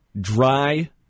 Dry